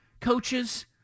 coaches